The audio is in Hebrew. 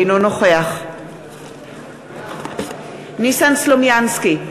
אינו נוכח ניסן סלומינסקי,